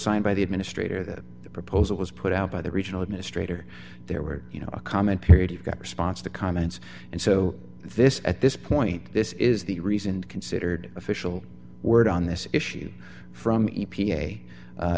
signed by the administrator that the proposal was put out by the regional administrator there were you know a comment period you got response to comments and so this at this point this is the reason considered official word on this issue from